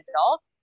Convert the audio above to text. adult